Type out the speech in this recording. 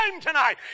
tonight